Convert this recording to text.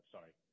Sorry